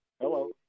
Hello